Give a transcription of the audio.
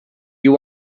you